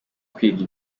kwiga